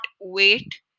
wait